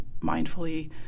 mindfully